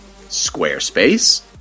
Squarespace